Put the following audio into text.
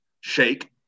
Shake